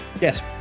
yes